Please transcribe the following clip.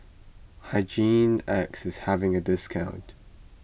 Hygin X is having a discount